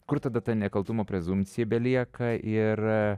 kur tada ta nekaltumo prezumpcija belieka ir